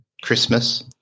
Christmas